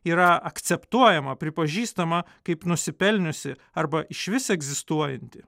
yra akceptuojama pripažįstama kaip nusipelniusi arba išvis egzistuojanti